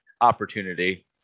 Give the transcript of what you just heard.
opportunity